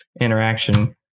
interaction